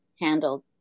handled